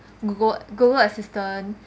Google Google assistant